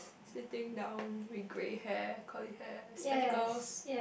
sitting down with grey hair curly hair spectacles